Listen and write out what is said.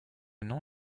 nom